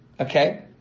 okay